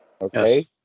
Okay